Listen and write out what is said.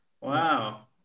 Wow